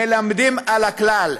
מלמדים על הכלל,